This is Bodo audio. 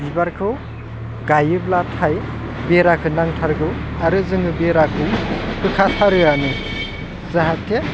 बिबारखौ गायोब्लाथाय बेराखो नांथारगौ आरो जों बेराखौ होखाथारोआनो जाहाथे